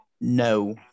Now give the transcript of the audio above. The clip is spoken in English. No